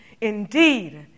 indeed